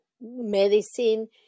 medicine